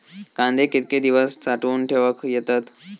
कांदे कितके दिवस साठऊन ठेवक येतत?